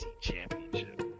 Championship